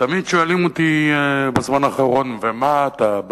תמיד שואלים אותי בזמן האחרון: מה אתה,